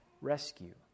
rescue